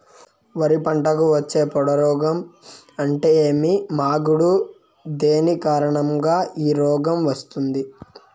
వరి పంటకు వచ్చే పొడ రోగం అంటే ఏమి? మాగుడు దేని కారణంగా ఈ రోగం వస్తుంది?